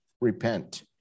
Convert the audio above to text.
repent